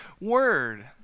word